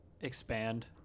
expand